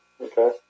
Okay